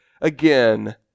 again